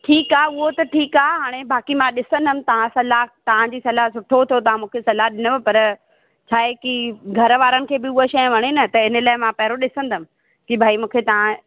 ठीकु आहे उहो त ठीकु आहे हाणे बाक़ी मां ॾिसंदमि तव्हां सलाह तव्हांजी सलाह सुठो थियो तव्हां मूंखे सलाह ॾिनव पर छाहे की घर वारनि खे बि उहा शइ वणे न त इन लाइ मां पहिरियों ॾिसंदमि की भई मूंखे तव्हां